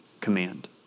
command